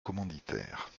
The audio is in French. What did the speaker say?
commanditaires